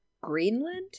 Greenland